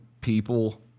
people